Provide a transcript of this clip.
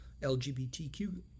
LGBTQ